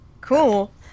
Cool